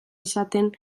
izaten